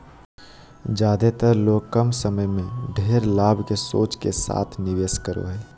ज्यादेतर लोग कम समय में ढेर लाभ के सोच के साथ निवेश करो हइ